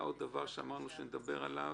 עוד דבר שאמרנו שנדבר עליו.